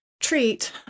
treat